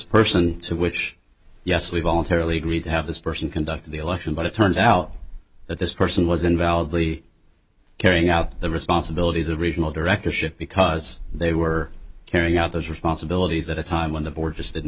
person to which yes we voluntarily agreed to have this person conduct the election but it turns out that this person was invalidly carrying out the responsibilities of regional directors should because they were carrying out those responsibilities at a time when the board just didn't